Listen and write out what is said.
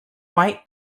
white